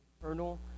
eternal